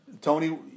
Tony